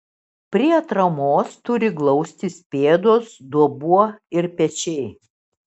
prie atramos turi glaustis pėdos dubuo ir pečiai